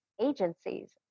agencies